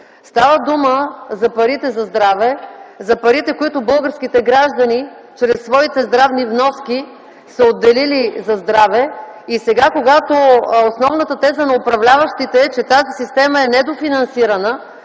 Става дума за парите за здраве, за парите, които българските граждани чрез своите здравни вноски са отделили за здраве. Сега, когато основната теза на управляващите е, че тази система е недофинансирана,